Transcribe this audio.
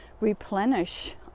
replenish